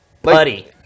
Buddy